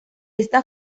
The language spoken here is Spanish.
esta